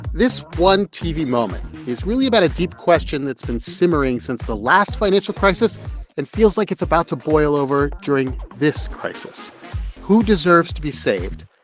this one tv moment is really about a deep question that's been simmering since the last financial crisis and feels like it's about to boil over during this crisis who deserves to be saved,